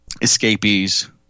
escapees